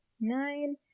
Nine